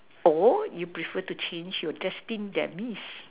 or you prefer to change your destined demise